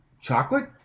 Chocolate